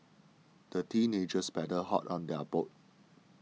the teenagers paddled hard on their boat